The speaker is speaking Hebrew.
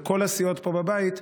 לכל הסיעות פה בבית,